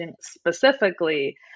specifically